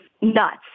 nuts